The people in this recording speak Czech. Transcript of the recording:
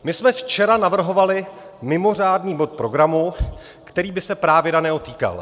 My jsme včera navrhovali mimořádný bod programu, který by se právě daného týkal.